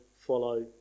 follow